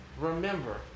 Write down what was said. remember